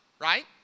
right